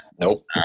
Nope